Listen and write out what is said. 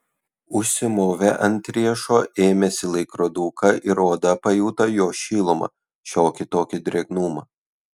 užsimovė ant riešo ėmėsi laikroduką ir oda pajuto jo šilumą šiokį tokį drėgnumą